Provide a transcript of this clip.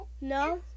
no